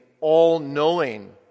all-knowing